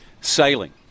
sailing